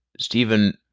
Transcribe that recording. Stephen